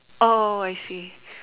oh I see